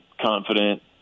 confident